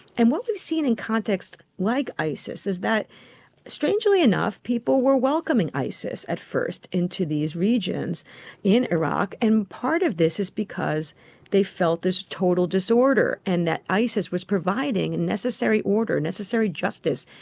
and what we've seen in contexts like isis is that strangely enough people were welcoming isis at first into these regions in iraq, and part of this is because they felt this total the disorder and that isis was providing and necessary order, necessary justice,